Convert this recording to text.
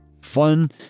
fun